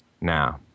Now